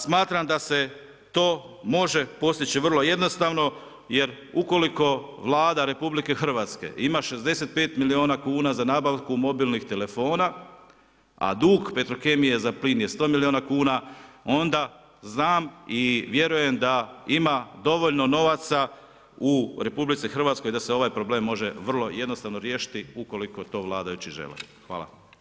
Smatram da se to može postići vrlo jednostavno jer ukoliko Vlada RH ima 65 milijuna kuna za nabavku mobilnih telefona, a dug Petrokemije za plin je 100 milijuna kuna onda znam i vjerujem da ima dovoljno novaca u RH da se ovaj problem može vrlo jednostavno riješiti ukoliko to vladajući žele, hvala.